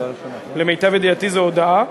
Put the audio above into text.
למיטב ידיעתי זו הודעה,